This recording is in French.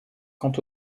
quant